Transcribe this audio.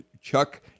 Chuck